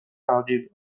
تغییر